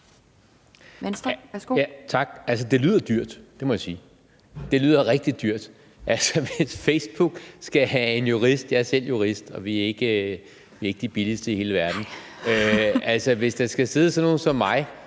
Jørgensen (V): Tak. Det lyder dyrt, det må jeg sige. Det lyder rigtig dyrt. Altså, hvis Facebook skal have en jurist – jeg er selv jurist, og vi er ikke de billigste i hele verden – og der altså skal sidde sådan nogle som mig